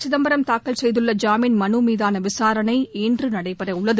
சிதம்பரம் தாக்கல் செய்துள்ள ஜாமீன் மனு மீதான விசாரணை இன்று நடைபெறவுள்ளது